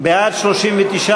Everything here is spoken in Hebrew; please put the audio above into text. להביע אי-אמון בממשלה לא נתקבלה.